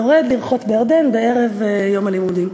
יורד לרחוץ בירדן בערב שלאחר יום הלימודים.